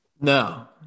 No